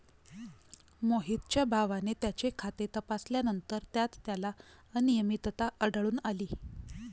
मोहितच्या भावाने त्याचे खाते तपासल्यानंतर त्यात त्याला अनियमितता आढळून आली